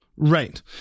Right